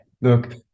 look